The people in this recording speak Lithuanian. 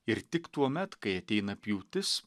ir tik tuomet kai ateina pjūtis